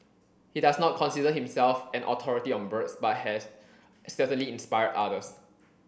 he does not consider himself an authority on birds but has certainly inspired others